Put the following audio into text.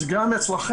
אז גם אצלכן,